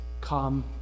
come